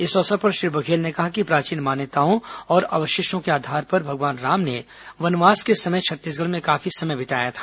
इस अवसर पर श्री बघेल ने कहा कि प्राचीन मान्यताओं और अवशेषों के आधार पर भगवान राम ने वनवास के समय छत्तीसगढ़ में काफी समय बिताया था